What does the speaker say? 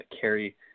carry